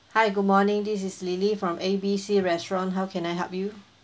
hi good morning this is lily from A B C restaurant how can I help you